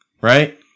right